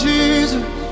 Jesus